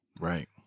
Right